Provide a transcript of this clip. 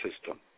system